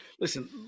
Listen